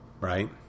Right